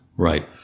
Right